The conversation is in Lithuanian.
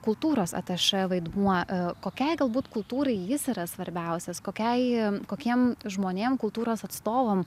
kultūros atašė vaidmuo kokiai galbūt kultūrai jis yra svarbiausias kokiai kokiem žmonėm kultūros atstovam